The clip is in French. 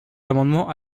amendement